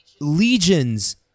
legions